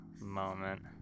moment